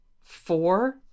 Four